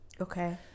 Okay